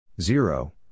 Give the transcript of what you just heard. zero